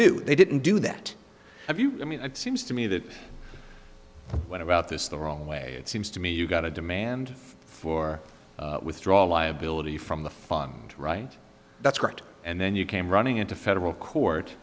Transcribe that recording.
do they didn't do that have you i mean it seems to me that what about this the wrong way it seems to me you've got a demand for withdrawal liability from the fund right that's correct and then you came running into federal court